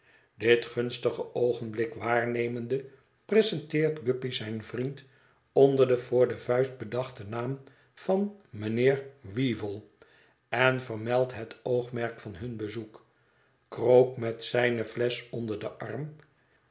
dit gunstig oogenblik waarnemende presenteert guppy zijn vriend onder den voor de vuist bedachten naam van mijnheer weevle en vermeldt het oogmerk van hun bezoek krook met zijne flesch onder den arm